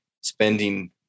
spending